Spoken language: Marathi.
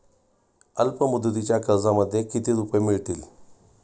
अल्पमुदतीच्या कर्जामध्ये किती रुपये मिळतील?